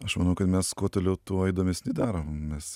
aš manau kad mes kuo toliau tuo įdomesni daromės